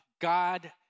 God